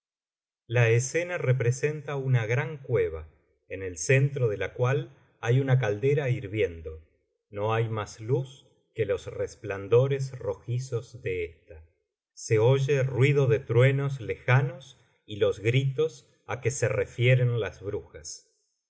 la escena representa una gran cueva en el centro de la cual hay una caldera hirviendo no hay más luz que los resplandores rojizos de ésta se oye ruido de truenos lejanos y los gritos á que se refieren las brujas